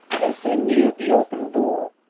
as they neared the open door,